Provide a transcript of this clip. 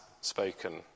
spoken